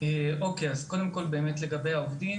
אז לגבי העובדים